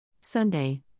Sunday